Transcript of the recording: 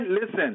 listen